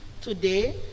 today